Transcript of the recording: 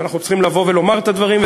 ואנחנו צריכים לבוא ולומר את הדברים,